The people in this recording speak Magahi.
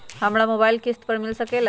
हमरा मोबाइल किस्त पर मिल सकेला?